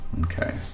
Okay